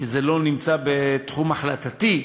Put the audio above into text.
כי זה לא נמצא בתחום החלטתי,